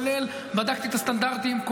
כולל בדיקת הסטנדרטים,